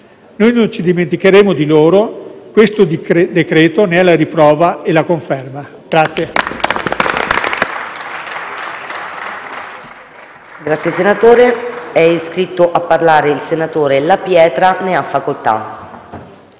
Noi non ci dimenticheremo di loro. Questo decreto ne è la riprova e la conferma.